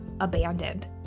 abandoned